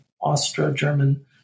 Austro-German